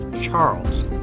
Charles